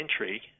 entry